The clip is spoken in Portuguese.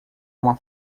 uma